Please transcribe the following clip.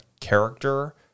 character